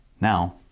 now